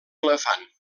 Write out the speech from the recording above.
elefant